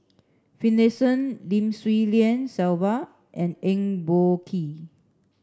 Finlayson Lim Swee Lian Sylvia and Eng Boh Kee